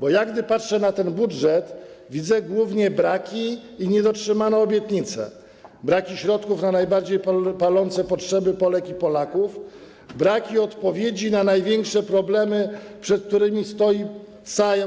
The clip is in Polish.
Bo gdy patrzę na ten budżet, widzę głównie braki i niedotrzymanie obietnic, braki środków na najbardziej palące potrzeby Polek i Polaków, a także braki odpowiedzi na największe problemy, przed którymi stoi